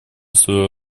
свое